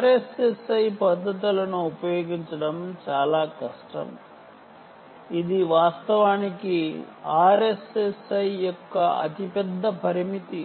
RSSI పద్ధతులను ఉపయోగించడం చాలా కష్టం ఇది వాస్తవానికి RSSI యొక్క అతిపెద్ద పరిమితి